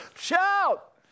shout